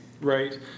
right